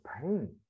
pain